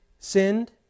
sinned